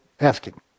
asking